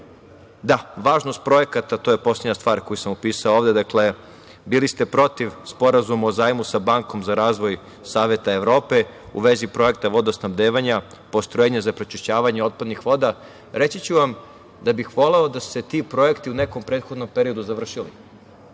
varam, važnost projekata, to je poslednja stvar koju sam upisao ovde. Dakle, bili ste protiv Sporazuma o zajmu sa Bankom za razvoj Saveta Evrope u vezi Projekta vodosnabdevanja, postrojenja za prečišćavanje otpadnih voda. Reći ću vam da bih voleo da su se ti projekti u nekom prethodnom periodu završili,